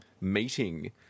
meeting